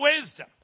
wisdom